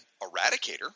Eradicator